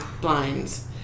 blinds